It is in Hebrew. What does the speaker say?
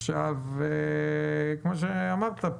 כמו שאמרת,